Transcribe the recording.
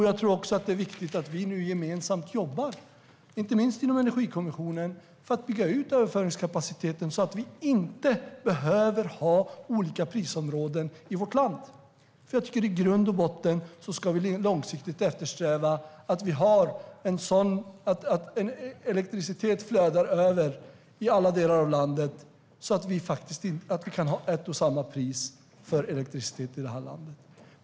Jag tror också att det är viktigt att vi nu jobbar gemensamt, inte minst inom Energikommissionen, för att bygga ut överföringskapaciteten så att vi inte behöver ha olika prisområden i vårt land. Jag tycker att vi i grund och botten långsiktigt ska eftersträva att elektricitet ska flöda över i alla delar av landet så att vi kan ha ett och samma pris för elektricitet.